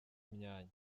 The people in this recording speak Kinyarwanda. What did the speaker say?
imyanya